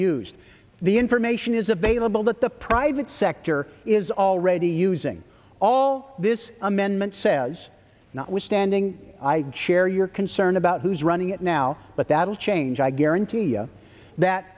used the information is available that the private sector is already using all this amendment says notwithstanding i share your concern about who's running it now but that will change i guarantee you that